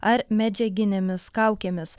ar medžiaginėmis kaukėmis